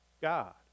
God